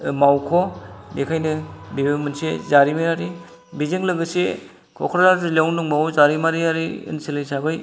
मावख' बेखायनो बेबो मोनसे जारिमिनारि बेजों लोगोसे क'क्राझार जिल्लायावनो दंबावो जारिमिनारि ओनसोल हिसाबै